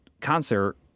concert